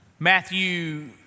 Matthew